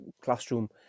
classroom